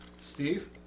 Steve